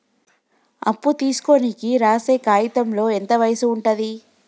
అప్పు తీసుకోనికి రాసే కాయితంలో ఎంత వయసు ఉంటది?